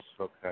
Okay